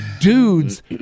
dudes